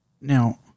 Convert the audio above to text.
Now